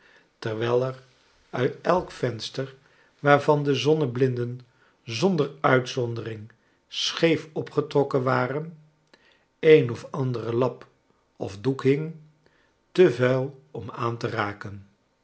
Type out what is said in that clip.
terwijl er uit elk venster waarvan de zonneblinden zonder uitzondering scheef opgetrokken waren een of andere lap of doek hing te vuil om aan te raken